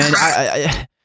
man